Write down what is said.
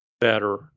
better